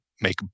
make